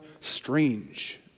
strange